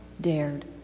dared